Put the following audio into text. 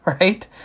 right